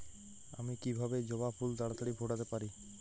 আমি কিভাবে জবা ফুল তাড়াতাড়ি ফোটাতে পারি?